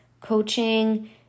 coaching